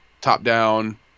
top-down